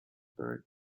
buried